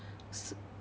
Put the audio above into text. s~